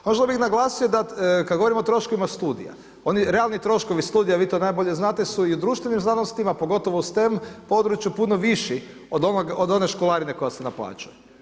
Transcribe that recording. Još bih naglasio da, kada govorimo o troškovima studija, oni realni troškovi studija, vi to najbolje znate, su i u društvenim znanostima, pogotovo STEM području puno viši od one školarine koja se naplaćuje.